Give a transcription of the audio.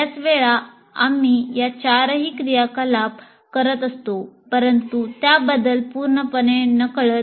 बर्याच वेळा आम्ही या चारही क्रियाकलाप करत असतो परंतु त्याबद्दल पूर्णपणे नकळत